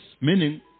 Meaning